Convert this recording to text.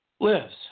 lives